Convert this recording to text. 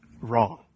wrong